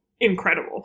incredible